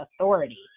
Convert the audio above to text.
authority